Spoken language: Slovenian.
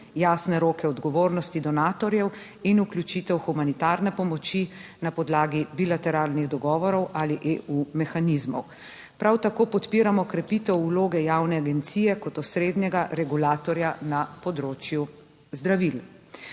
jasne roke odgovornosti donatorjev in vključitev humanitarne pomoči na podlagi bilateralnih dogovorov ali EU mehanizmov. Prav tako podpiramo krepitev vloge javne agencije kot osrednjega regulatorja na področju zdravil.